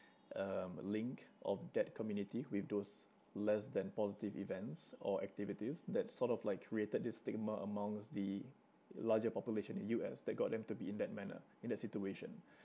um link of that community with those less than positive events or activities that sort of like created this stigma amongst the larger population in U_S that got them to be in that manner in that situation